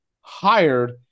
hired